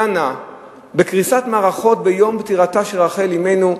דנה בקריסת מערכות ביום פטירתה של רחל אמנו,